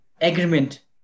agreement